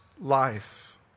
life